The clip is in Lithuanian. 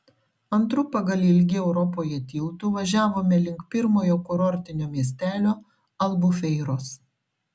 antru pagal ilgį europoje tiltu važiavome link pirmojo kurortinio miestelio albufeiros